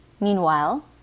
Meanwhile